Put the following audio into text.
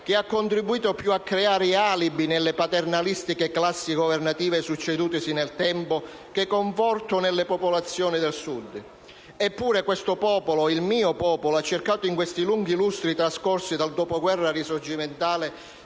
ha contribuito più a creare alibi nelle paternalistiche classi governative succedutesi nel tempo che conforto nelle popolazioni del Sud. Eppure questo popolo, il mio popolo, ha cercato, in questi lunghi lustri trascorsi dal dopoguerra risorgimentale,